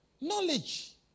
Knowledge